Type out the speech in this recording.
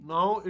Now